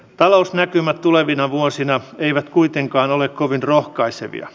talousnäkymät tulevina vuosina eivät kuitenkaan ole kovin rohkaisevia